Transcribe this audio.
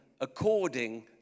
according